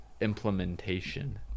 implementation